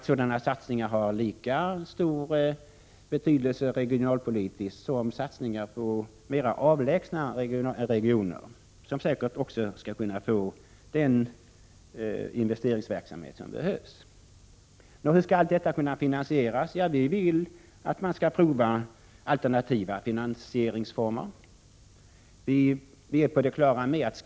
Sådana satsningar har lika stor betydelse regionalpolitiskt som satsningar på mera avlägsna regioner, som säkert också kommer att få den investeringsverksamhet som behövs. Hur skall då allt detta kunna finansieras? Vi moderater vill att alternativa finansieringsformer skall provas.